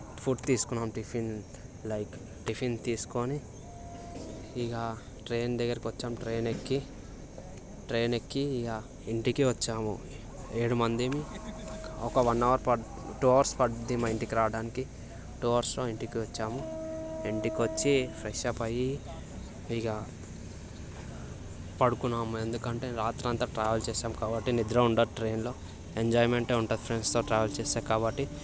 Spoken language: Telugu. ఫుడ్ తీసుకున్నాం టిఫిన్ లైక్ టిఫిన్ తీసుకొని ఇగ ట్రైన్ దగ్గరికి వచ్చాము ట్రైన్ ఎక్కి ట్రైన్ ఎక్కి ఇగ ఇంటికి వచ్చాము ఏడు మంది ఒక వన్ అవర్ టూ అవర్స్ పడుతుంది మా ఇంటికి రావడానికి టూ అవర్స్లో ఇంటికి వచ్చాము ఇంటికి వచ్చి ఫ్రెష్ అప్ అయ్యి ఇక పడుకున్నాము ఎందుకంటే రాత్రి అంతా ట్రావెల్ చేసాం కాబట్టి నిద్ర ఉండదు నైట్ ట్రైన్లో ఎంజాయ్మెంట్ ఉంటుంది ఫ్రెండ్స్తో ట్రావెల్ చేస్తే కాబట్టి